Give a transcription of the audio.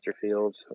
Fields